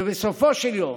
ובסופו של יום